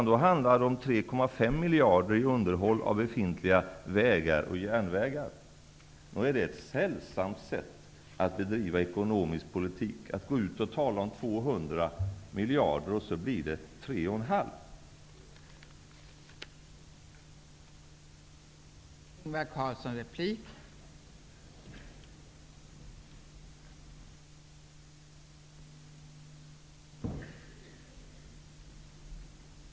Då handlade det om 3,5 miljarder till underhåll av befintliga vägar och järnvägar. Nog är det ett sällsamt sätt att bedriva ekonomisk politik på, att gå ut och tala om 200 miljarder, och så blir det 3,5 miljarder.